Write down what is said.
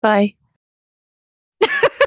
Bye